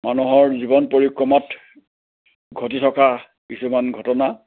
মানুহৰ জীৱন পৰিক্ৰমাত ঘটি থকা কিছুমান ঘটনা